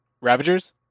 Ravagers